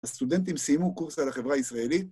הסטודנטים סיימו קורס על החברה הישראלית